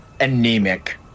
anemic